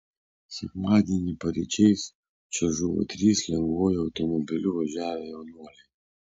sekmadienį paryčiais čia žuvo trys lengvuoju automobiliu važiavę jaunuoliai